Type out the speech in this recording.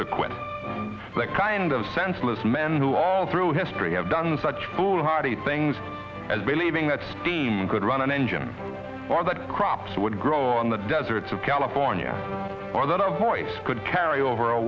to quit the kind of senseless men who all through history have done such foolhardy things as believing that steam could run an engine or that crops would grow in the deserts of california or that our voice could carry over a